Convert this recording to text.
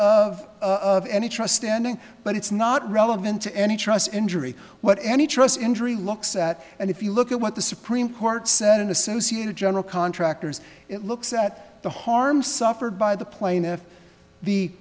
of of any trust standing but it's not relevant to any trust injury what any trust injury looks at and if you look at what the supreme court said and associated general contractors it looks at the harm suffered by the pla